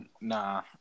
Nah